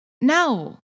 No